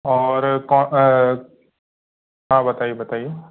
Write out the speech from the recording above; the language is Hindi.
और कौ हाँ बताइए बताइए